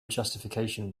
justification